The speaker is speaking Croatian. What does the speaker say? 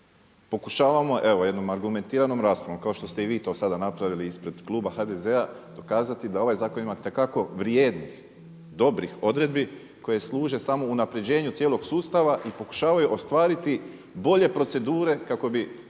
Pokušavamo evo jednom argumentiranom raspravo kao što ste i vi to sada napravili ispred kluba HDZ-a dokazati da ovaj zakon ima itekako vrijednih, dobrih odredbi koje služe samo unapređenju cijelog sustava i pokušavaju ostvariti bolje procedure kako bi